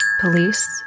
police